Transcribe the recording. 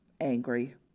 angry